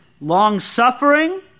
long-suffering